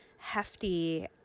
hefty